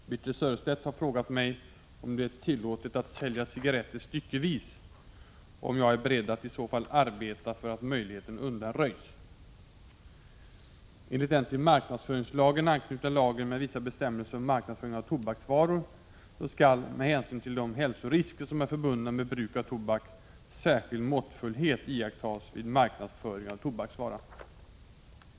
Herr talman! Birthe Sörestedt har frågat mig om det är tillåtet att sälja cigaretter styckevis och om jag är beredd att i så fall arbeta för att möjligheten undanröjs. Enligt den till marknadsföringslagen anknutna lagen med vissa bestämmelser om marknadsföring av tobaksvaror skall, med hänsyn till de hälsorisker som är förbundna med bruk av tobak, särskild måttfullhet iakttas vid marknadsföring av tobaksvara.